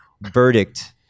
verdict